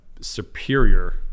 superior